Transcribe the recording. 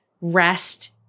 rest